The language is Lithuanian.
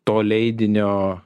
to leidinio